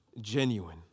genuine